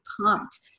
pumped